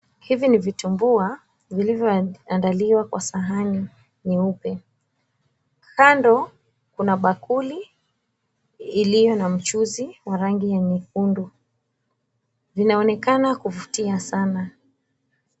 Hivi ni vitumbua vilivyoandaliwa kwa sahani nyeupe. Kando kuna bakuli iliyo na mchuzi wa rangi ya nyekundu vinaonekana kuvutia sana.